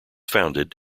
founded